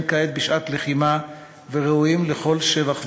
כעת בשעת לחימה וראויים לכל שבח והוקרה.